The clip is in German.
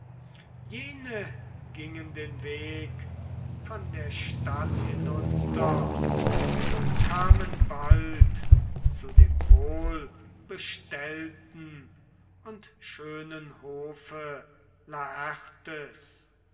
jene gingen den weg von der stadt hinunter und kamen bald zu dem wohlbestellten und schönen hofe